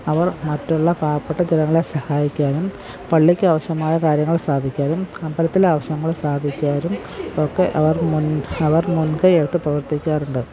അവർ മറ്റുള്ള പാവപ്പെട്ട ജനങ്ങളെ സഹായിക്കാനും പള്ളിക്ക് ആവശ്യമായ കാര്യങ്ങൾ സാധിക്കാനും അമ്പലത്തിലെ ആവശ്യങ്ങൾ സാധിക്കാനും ഒക്കെ അവർ അവർ മുൻകൈയെടുത്ത് പ്രവർത്തിക്കാറുണ്ട്